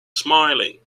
smiling